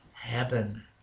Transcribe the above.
happen